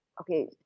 Okay